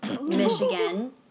Michigan